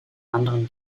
anderen